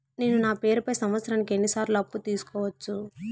నేను నా పేరుపై సంవత్సరానికి ఎన్ని సార్లు అప్పు తీసుకోవచ్చు?